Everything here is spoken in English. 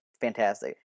fantastic